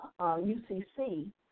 UCC